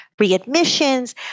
readmissions